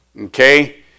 Okay